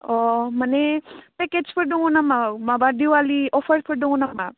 अ माने पेकेजफोर दङ नामा माबा दिवालि अफारफोर दङ नामा